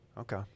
Okay